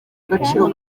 agaciro